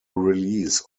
release